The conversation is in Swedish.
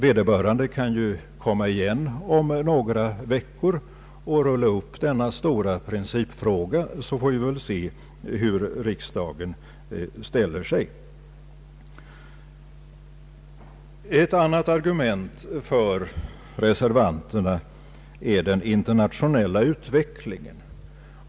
Vederbörande kan komma igen om några veckor och rulla upp denna stora principfråga, så får vi se hur riksdagen ställer sig. Ett annat argument för reservanterna är den internationella utvecklingen.